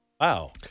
Wow